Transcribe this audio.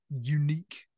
unique